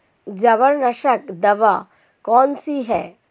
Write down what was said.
जवारनाशक दवा कौन सी है?